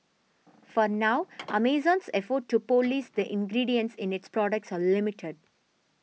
for now Amazon's efforts to police the ingredients in its products are limited